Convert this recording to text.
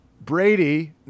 Brady